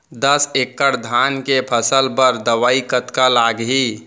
दस एकड़ धान के फसल बर दवई कतका लागही?